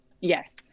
yes